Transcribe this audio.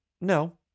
no